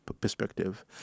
perspective